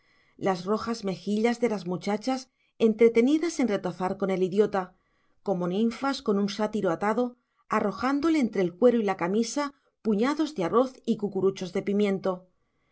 las rojas mejillas de las muchachas entretenidas en retozar con el idiota como ninfas con un sátiro atado arrojándole entre el cuero y la camisa puñados de arroz y cucuruchos de pimiento